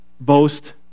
boast